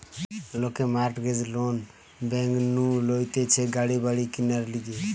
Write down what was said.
লোকে mortgage loan bank নু লইতেছে গাড়ি বাড়ি কিনার লিগে